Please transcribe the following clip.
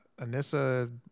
Anissa